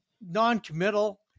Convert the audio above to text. non-committal